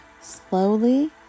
slowly